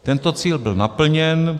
Tento cíl byl naplněn.